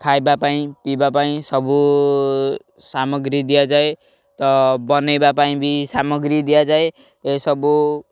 ଖାଇବା ପାଇଁ ପିଇବା ପାଇଁ ସବୁ ସାମଗ୍ରୀ ଦିଆଯାଏ ତ ବନେଇବା ପାଇଁ ବି ସାମଗ୍ରୀ ଦିଆଯାଏ ଏସବୁ